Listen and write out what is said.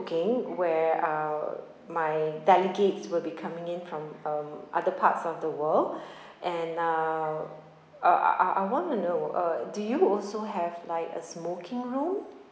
booking where uh my delegates will be coming in from um other parts of the world and uh uh I I I want to know uh do you also have like a smoking room